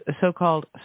so-called